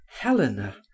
Helena